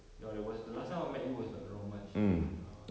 ya that was the last time I met you was like around march ya